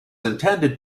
intended